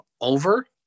over